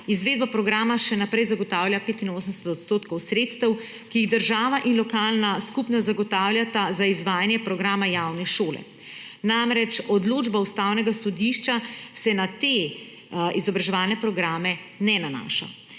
izvedbo programa še naprej zagotavlja 85 odstotkov sredstev, ki jih država in lokalna skupnost zagotavljata za izvajanje programa javne šole. Namreč, odločba Ustavnega sodišča se na te izobraževalne programe ne nanaša.